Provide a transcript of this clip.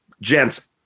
gents